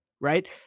right